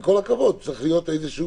-- עם כל הכבוד, צריך להיות איזשהו...